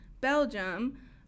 Belgium